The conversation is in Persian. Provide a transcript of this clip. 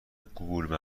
گوگول